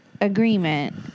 agreement